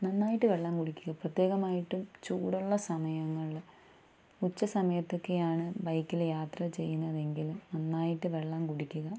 നന്നായിട്ട് വെള്ളം കുടിക്കുക പ്രത്യേകം ആയിട്ടും ചൂടുള്ള സമയങ്ങൾ ഉച്ച സമയത്തെക്കെയാണ് ബൈക്കിൽ യാത്ര ചെയ്യുന്നതെങ്കിൽ നന്നായിട്ട് വെള്ളം കുടിക്കുക